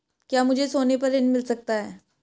क्या मुझे सोने पर ऋण मिल सकता है?